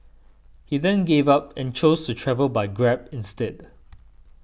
he then gave up and chose to travel by Grab instead